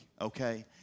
okay